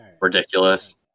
ridiculous